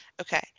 Okay